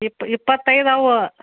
ಇಪ್ ಇಪ್ಪತ್ತೈದು ಅವು